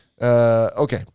Okay